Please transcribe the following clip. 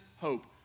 hope